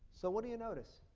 so what do you notice?